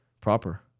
proper